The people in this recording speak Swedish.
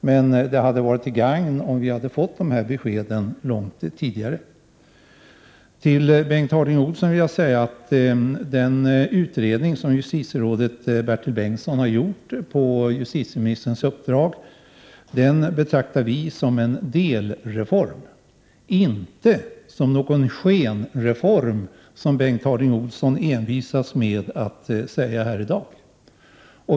Till Bengt Harding Olson vill jag säga att vi betraktar den utredning som justitierådet Bertil Bengtsson har gjort på justitieministerns uppdrag som en delreform, inte som en skenreform, som Bengt Harding Olson envisas med att säga här i dag.